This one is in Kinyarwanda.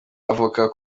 avoka